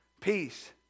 peace